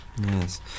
Yes